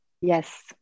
Yes